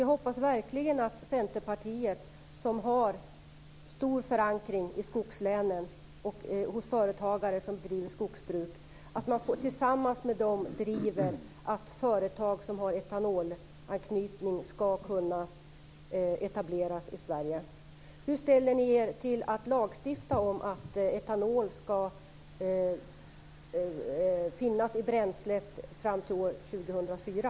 Jag hoppas verkligen att Centerpartiet, som har stor förankring i skogslänen och hos företagare som driver skogsbruk, tillsammans med dem driver att företag som har etanolanknytning skall kunna etableras i Sverige. Hur ställer ni er till att lagstifta om att etanol skall finnas i bränslet fram till år 2004?